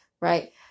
right